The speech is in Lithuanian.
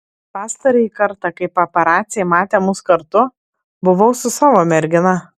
pastarąjį kartą kai paparaciai matė mus kartu buvau su savo mergina